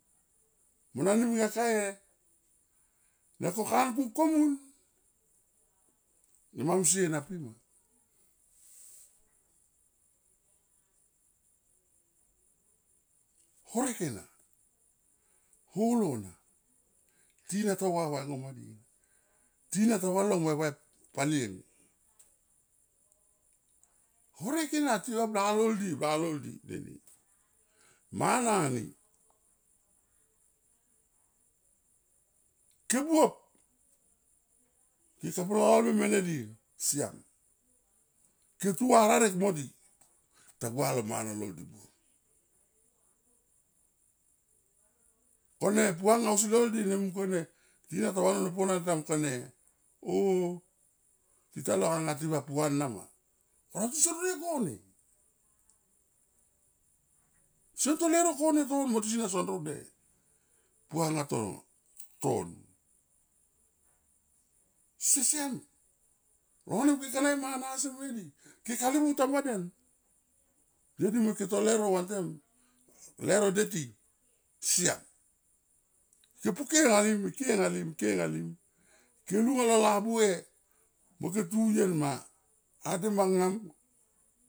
Mo na li me kakae ne ko kang kuk komun nemam sie na pi ma. Horek ena, holo na, tina ta va vae ngo ma di, tina ta valong va e palieng horek ena tina va balol di blalol di neni mana ni ke buop keto plove mene di siam ke tu va rarek modi tagua lo mana lol di buop. Kone puanga ausi lol di mung kone tina ta vano mo puana ta mung kone o tita long anga ti va puana ma oniat tisom roie kone seto leuro kone ton mo tina son ro ne puana ton sesiam long vanem ke ka na e mana si mene di ke ka livu tam baden deti mo ike to leuro deti siam ke poke nga lim ke poke nga lim ike nga lim ike nga lim ke lu lo labuhe mo ke tuen ma a de mangam.